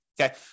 okay